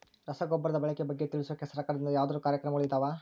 ರಸಗೊಬ್ಬರದ ಬಳಕೆ ಬಗ್ಗೆ ತಿಳಿಸೊಕೆ ಸರಕಾರದಿಂದ ಯಾವದಾದ್ರು ಕಾರ್ಯಕ್ರಮಗಳು ಇದಾವ?